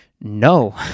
No